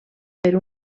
per